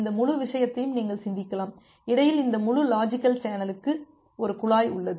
இந்த முழு விஷயத்தையும் நீங்கள் சிந்திக்கலாம் இடையில் இந்த முழு லாஜிக்கல் சேனலுக்கு ஒரு குழாய் உள்ளது